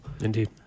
Indeed